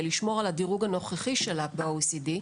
לשמור על הדירוג הנוכחי שלה ב-OECD,